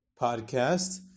podcast